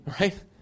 right